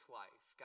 life